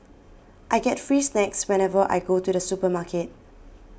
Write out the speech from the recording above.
I get free snacks whenever I go to the supermarket